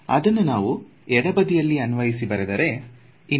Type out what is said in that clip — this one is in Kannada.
ಅದನ್ನ ನಾವು ಎಡ ಬದಿಯಲ್ಲಿ ಅನ್ವಯಿಸಿ ಬರೆದೆವು